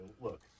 Look